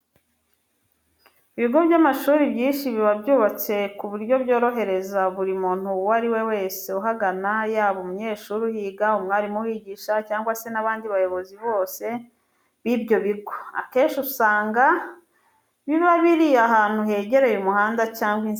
Ibigo by'amashuri byinshi biba byubatse ku buryo bworohereza buri muntu uwo ari we wese uhagana, yaba umunyeshuri uhiga, umwarimu uhigisha cyangwa se n'abandi bayobozi bose b'ibyo bigo. Akenshi usanga biba biri ahantu hegereye umuhanda cyangwa inzira nyabagengwa.